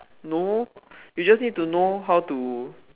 no you just need to know how to